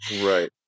Right